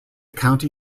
county